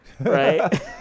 right